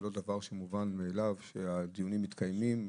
זה לא דבר שמובן מאליו שהדיונים מתקיימים.